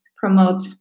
promote